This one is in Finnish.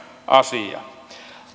asia